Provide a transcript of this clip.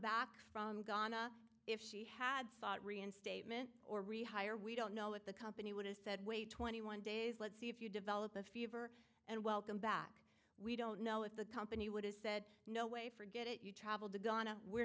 back from ghana if she had thought reinstatement or rehire we don't know what the company would has said wait twenty one days let's see if you develop a fever and welcome back we don't know if the company would has said no way forget it you travelled to guyana we're